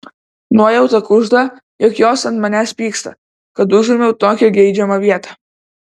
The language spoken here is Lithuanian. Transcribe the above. nuojauta kužda jog jos ant manęs pyksta kad užėmiau tokią geidžiamą vietą